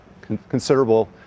considerable